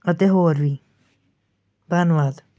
ਅਤੇ ਹੋਰ ਵੀ ਧੰਨਵਾਦ